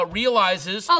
realizes